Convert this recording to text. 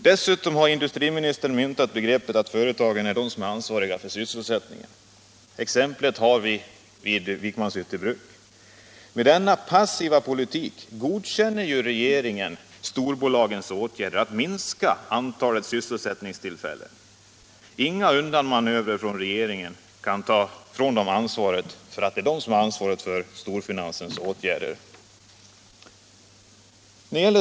Dessutom har industriministern myntat begreppet att företagen är ansvariga för sysselsättningen. Ett exempel har vi i Vikmanshytte bruk. Med denna passiva politik godkänner regeringen storbolagens åtgärder att minska antalet sysselsättningstillfällen. Inga undanmanövrer kan frånta regeringen ansvaret för storfinansens åtgärder.